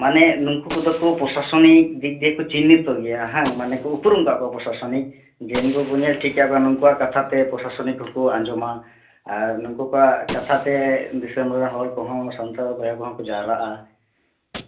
ᱢᱟᱱᱮ ᱢᱩᱠᱩ ᱠᱚᱫᱚ ᱠᱚ ᱯᱨᱚᱥᱟᱥᱚᱱᱤᱠ ᱫᱤᱜ ᱫᱤᱭᱮ ᱠᱚ ᱪᱤᱱᱱᱤᱛᱚ ᱜᱮᱭᱟ ᱵᱟᱝ ᱢᱟᱱᱮ ᱠᱚ ᱩᱯᱨᱩᱢ ᱟᱠᱟᱫ ᱠᱚᱣᱟ ᱠᱚ ᱯᱨᱚᱥᱟᱥᱚᱱᱤᱠ ᱡᱮ ᱱᱩᱠᱩ ᱠᱚ ᱧᱮᱞ ᱴᱷᱤᱠ ᱟᱠᱟᱫ ᱠᱚᱣᱟ ᱡᱮ ᱱᱩᱠᱩᱣᱟᱜ ᱠᱟᱛᱷᱟ ᱛᱮ ᱯᱨᱚᱥᱟᱥᱚᱱᱤᱠ ᱠᱚᱠᱚ ᱟᱸᱡᱚᱢᱟ ᱟᱨ ᱱᱩᱠᱩ ᱠᱚᱣᱟᱜ ᱠᱟᱛᱷᱟ ᱛᱮ ᱫᱤᱥᱚᱢ ᱨᱮᱱ ᱦᱚᱲ ᱠᱚᱦᱚᱸ ᱥᱟᱱᱛᱟᱲ ᱵᱚᱭᱦᱟ ᱠᱚᱦᱚᱸ ᱠᱚ ᱡᱟᱣᱨᱟᱜᱼᱟ